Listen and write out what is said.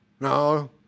No